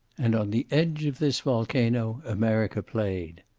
and on the edge of this volcano america played.